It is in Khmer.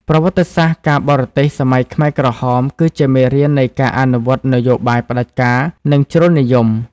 ប្រវត្តិសាស្ត្រការបរទេសសម័យខ្មែរក្រហម គឺជាមេរៀននៃការអនុវត្តនយោបាយផ្ដាច់ការ និងជ្រុលនិយម។